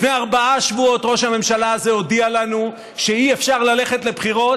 לפני ארבעה שבועות ראש הממשלה הזה הודיע לנו שאי-אפשר ללכת לבחירות,